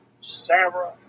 Sarah